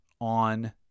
on